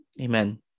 amen